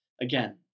again